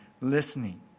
listening